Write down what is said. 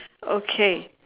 okay